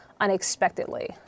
unexpectedly